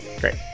Great